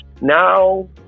now